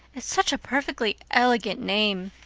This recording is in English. it's such a perfectly elegant name.